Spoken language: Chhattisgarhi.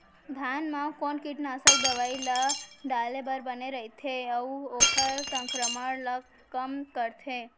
धान म कोन कीटनाशक दवई ल डाले बर बने रइथे, अऊ ओखर संक्रमण ल कम करथें?